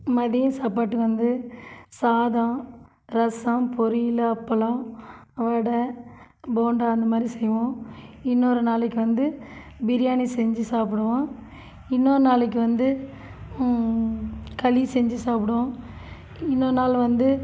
மதியம் சாப்பாடு வந்து சாதம் ரசம் பொரியலல் அப்பளம் வடை போண்டா அந்த மாதிரி செய்வோம் இன்னொரு நாளைக்கு வந்து பிரியாணி செஞ்சு சாப்பிடுவோம் இன்னொரு நாளைக்கு வந்து களி செஞ்சு சாப்பிடுவோம் இன்னொரு நாள் வந்து